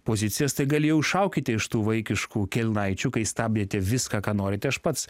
pozicijas tai gali jau šaukite iš tų vaikiškų kelnaičių kai stabdėte viską ką norite aš pats